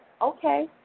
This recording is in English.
okay